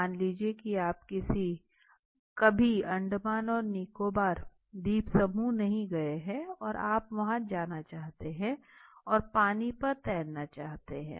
मान लीजिए कि आप कभी अंडमान और निकोबार द्वीप समूह नहीं गए हैं और आप वहां जाना चाहते हैं और पानी पर तैरना चाहते हैं